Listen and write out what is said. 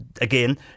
again